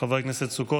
חבר הכנסת סוכות,